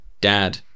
dad